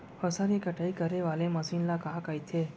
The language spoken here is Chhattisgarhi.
फसल की कटाई करे वाले मशीन ल का कइथे?